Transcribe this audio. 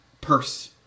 purse